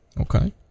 Okay